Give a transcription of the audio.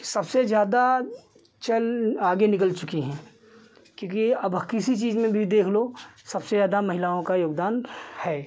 सबसे ज़्यादा चल आगे निकल चुकी हैं क्योंकि अब किसी चीज़ में भी देख लो सबसे ज़्यादा महिलाओं का योगदान है